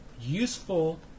useful